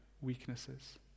weaknesses